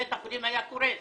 בית החולים היה קורס.